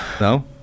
no